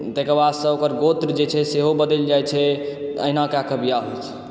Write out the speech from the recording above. ताहिकेबादसँ ओकर गोत्र जे छै सेहो बदलि जाइत छै अहिना कएकऽ बियाह होइत छै